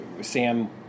Sam